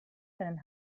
seinen